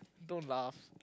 don't laugh